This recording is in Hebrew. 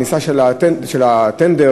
בכניסה לתחנה של הרכבת הקלה,